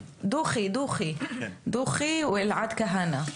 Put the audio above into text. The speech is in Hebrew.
ואלעד כהנא.